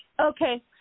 Okay